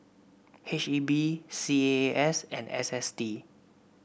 H E B C A A S and S S T